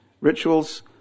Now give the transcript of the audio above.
Rituals